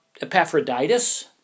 Epaphroditus